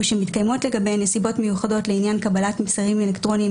ושמתקיימות לגביהן נסיבות מיוחדות לעניין קבלת מסרים אלקטרוניים